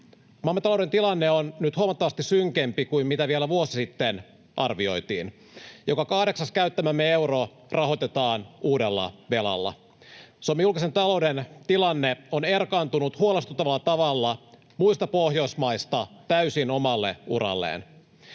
Maamme talouden tilanne on huomattavasti synkempi kuin mitä vielä vuosi sitten arvioitiin. Joka kahdeksas käyttämämme euro rahoitetaan uudella velalla. Suomen julkisen talouden tilanne on erkaantunut huolestuttavalla tavalla muista Pohjoismaista täysin omalle uralleen.